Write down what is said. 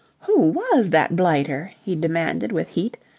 who was that blighter? he demanded with heat,